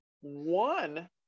one